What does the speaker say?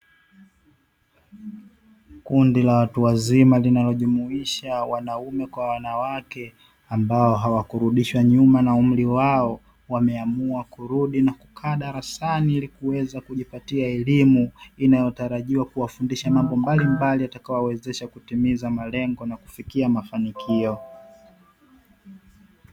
Kundi la watu wazima linalojumuisha wanaume kwa wanawake, ambao hawakurudishwa nyuma na umri wao, wameamua kurudi na kukaa darasani ili kuweza kujipatia elimu inayotarajiwa kuwafundisha mambo mbalimbali yatakayowezesha kutimiza malengo na kufikia mafanikio.